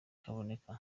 kaboneka